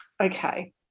okay